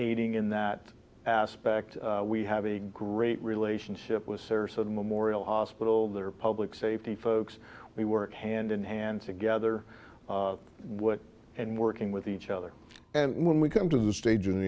aiding in that aspect we have a great relationship with sarasota memorial hospital their public safety folks we work hand in hand together and working with each other and when we come to the stage a